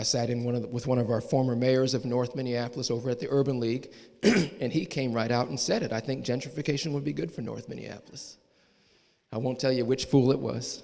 i sat in one of them with one of our former mayors of north minneapolis over at the urban league and he came right out and said i think gentrification would be good for north minneapolis i won't tell you which bull it was